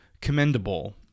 commendable